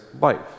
life